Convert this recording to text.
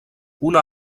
una